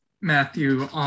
Matthew